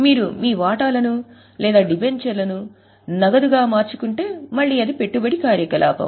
మీరు మీ వాటాలను లేదా డిబెంచర్లను నగదుగా మార్చుకుంటే మళ్ళీ అది పెట్టుబడి కార్యకలాపం